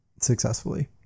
successfully